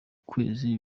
kwezi